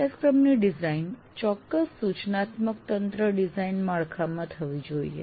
અભ્યાસક્રમની ડિઝાઇન ચોક્કસ સૂચનાત્મક તંત્ર ડિઝાઇન માળખામાં થવી જોઈએ